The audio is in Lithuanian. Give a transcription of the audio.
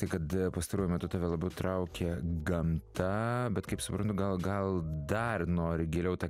tai kad pastaruoju metu tave labiau traukia gamta bet kaip suprantu gal gal dar nori geriau tą